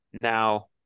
now